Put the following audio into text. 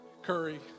Curry